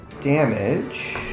damage